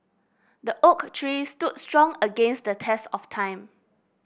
the oak tree stood strong against the test of time